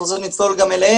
אם את רוצה נצלול גם אליהם,